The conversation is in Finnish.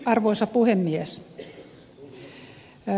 arvoisa puhemies